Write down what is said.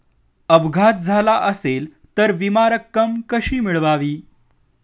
अपघात झाला असेल तर विमा रक्कम कशी मिळवावी?